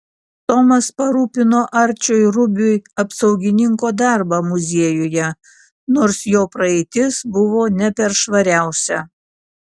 tomas parūpino arčiui rubiui apsaugininko darbą muziejuje nors jo praeitis buvo ne per švariausia